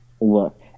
Look